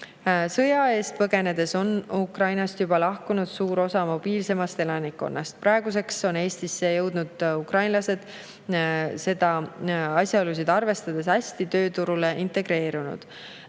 Sõja eest põgenedes on Ukrainast juba lahkunud suur osa mobiilsemast elanikkonnast. Praeguseks on Eestisse jõudnud ukrainlased asjaolusid arvestades tööturule hästi integreerunud.